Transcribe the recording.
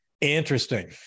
interesting